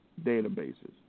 databases